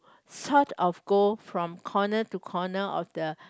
sort of go from corner to corner of the